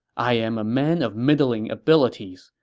i am a man of middling abilities.